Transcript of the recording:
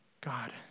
God